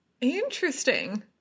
interesting